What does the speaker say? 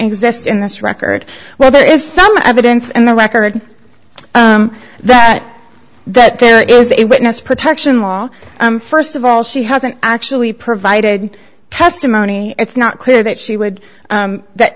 exist in this record well there is some evidence and the record that that there is a witness protection law st of all she hasn't actually provided testimony it's not clear that she would that